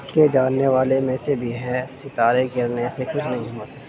کے جاننے والے میں سے بھی ہیں ستارے گرنے سے کچھ نہیں ہو